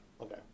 Okay